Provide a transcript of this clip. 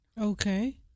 Okay